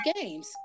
games